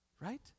Right